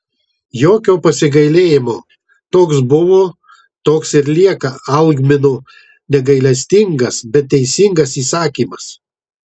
jokio pasigailėjimo toks buvo toks ir lieka algmino negailestingas bet teisingas įsakymas